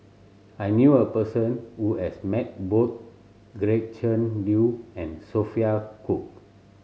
I knew a person who has met both Gretchen Liu and Sophia Cooke